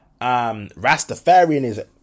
Rastafarianism